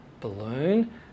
balloon